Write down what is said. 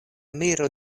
miro